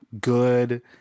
good